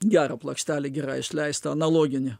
gera plokštelė gerai išleista analoginė